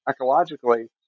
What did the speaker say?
ecologically